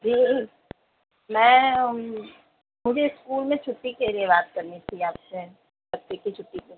جی ma'am مجھے school میں چُھٹی کے لیے بات کرنی تھی آپ سے بچے کی چُھٹی کی